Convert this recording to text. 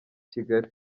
kigali